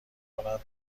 کند